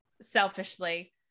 selfishly